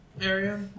area